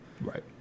Right